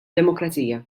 demokrazija